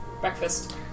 breakfast